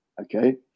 Okay